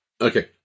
Okay